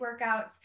workouts